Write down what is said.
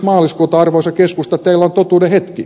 maaliskuuta arvoisa keskusta teillä on totuuden hetki